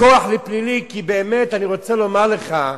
בכוח, לפלילי, כי באמת, אני רוצה לומר לך,